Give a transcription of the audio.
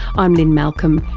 i'm lynne malcolm.